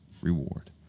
reward